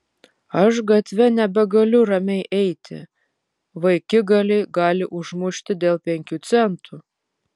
aš gatve nebegaliu ramiai eiti vaikigaliai gali užmušti dėl penkių centų